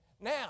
Now